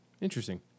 Interesting